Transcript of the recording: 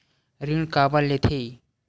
ऋण काबर लेथे?